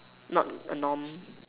not a norm